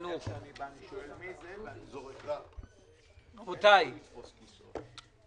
בוקר טוב, אני מתכבד לפתוח את ישיבת ועדת הכספים.